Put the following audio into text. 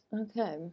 okay